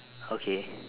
okay